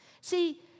See